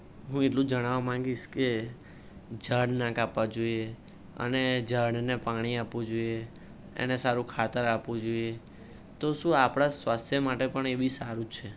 હું એટલું જણાવવા માંગીશ કે ઝાડ ન કાપવાં જોઈએ અને ઝાડને પાણી આપવું જોઈએ એને સારું ખાતર આપવું જોઈએ તો શું આપણાં સ્વાસ્થ્ય માટે પણ એ બી સારું જ છે